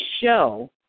show